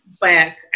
Back